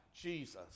Jesus